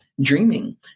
dreaming